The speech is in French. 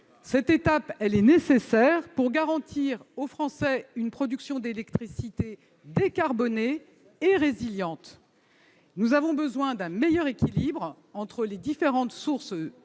Cette étape est nécessaire pour garantir aux Français une production d'électricité décarbonée et résiliente. Nous avons besoin d'un meilleur équilibre entre les différentes sources d'électricité